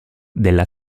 della